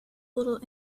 little